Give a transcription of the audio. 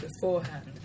beforehand